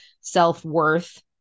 self-worth